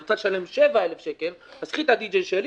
אם את רוצה לשלם 7,000 שקלים אז קחי את הדי-ג'יי שלי.